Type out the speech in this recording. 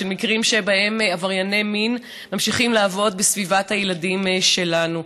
מקרים שבהם עברייני מין ממשיכים לעבוד בסביבת הילדים שלנו.